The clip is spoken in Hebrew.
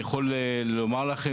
אני יכול לומר לכם